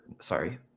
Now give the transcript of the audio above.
sorry